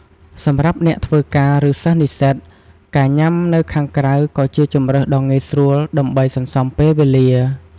សម្រាប់អ្នកធ្វើការ ឬសិស្សនិស្សិត ការញ៉ាំនៅខាងក្រៅក៏ជាជម្រើសដ៏ងាយស្រួលដើម្បីសន្សំពេលវេលា។